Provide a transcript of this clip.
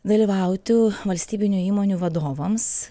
dalyvauti valstybinių įmonių vadovams